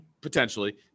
Potentially